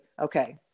okay